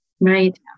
Right